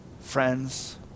friends